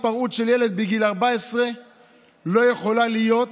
התפרעות של ילד בגיל 14 לא יכולה להיות